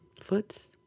Foots